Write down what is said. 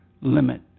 limit